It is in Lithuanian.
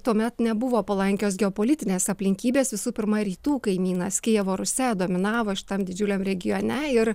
tuomet nebuvo palankios geopolitinės aplinkybės visų pirma rytų kaimynas kijevo rusia dominavo šitam didžiuliam regione ir